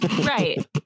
right